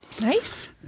Nice